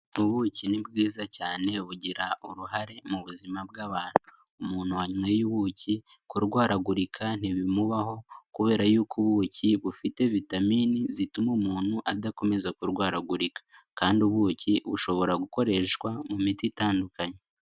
Ubuki ni bwiza cyane bugira uruhare mu buzima bw'abantu. Umuntu wanyweye ubuki kurwaragurika ntibimubaho kubera yuko ubuki bufite vitamini zituma umuntu adakomeza kurwaragurika kandi ubuki bushobora gukoreshwa mu miti itandukanye.